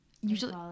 usually